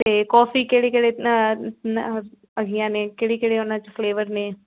ਅਤੇ ਕੌਫੀ ਕਿਹੜੇ ਕਿਹੜੇ ਹੈਗੀਆਂ ਨੇ ਕਿਹੜੇ ਕਿਹੜੇ ਉਨ੍ਹਾਂ 'ਚ ਫਲੇਵਰ ਨੇ